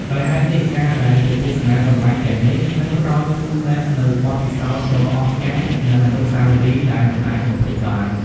ដោយហេតុនេះ ការដែលទៅទស្សនាកន្លែងទាំងនេះ នឹងផ្តល់ជូនអ្នកនូវបទពិសោធន៍ដ៏អស្ចារ្យ និងអនុស្សាវរីយ៍ដែលមិនអាចបំភ្លេចបាន។